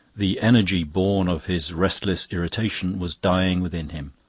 the energy born of his restless irritation was dying within him,